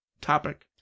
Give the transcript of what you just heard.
topic